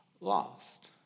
lost